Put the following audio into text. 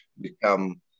become